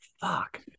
Fuck